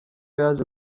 yaje